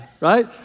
right